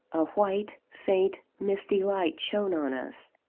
a white, faint, misty light shone on us.